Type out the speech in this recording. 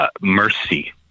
mercy